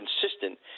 consistent